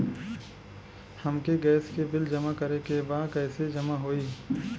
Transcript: हमके गैस के बिल जमा करे के बा कैसे जमा होई?